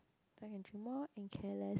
I can drink more and care less